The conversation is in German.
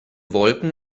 wolken